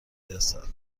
رسد